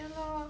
ya lor